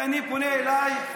ואני פונה אלייך,